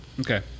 Okay